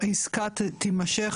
שהעסקה תימשך,